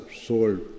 sold